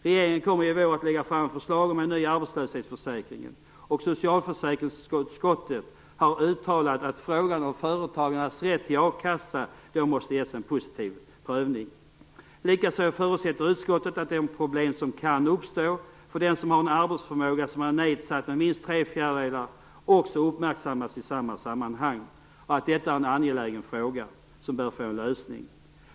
Regeringen kommer i vår att lägga fram förslag om en ny arbetslöshetsförsäkring. Socialförsäkringsutskottet har uttalat att frågan om företagarnas rätt till a-kassa då måste ges en positiv prövning. Likaså förutsätter utskottet att de problem som kan uppstå för den som har en arbetsförmåga som är nedsatt med minst tre fjärdedelar också uppmärksammas i samma sammanhang. Utskottet anser att det är angeläget att detta problem får en lösning.